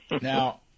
Now